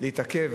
להתעכב,